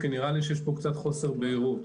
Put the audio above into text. כי נראה לי שיש פה קצת חוסר בהירות.